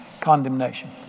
Condemnation